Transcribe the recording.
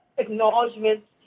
Acknowledgements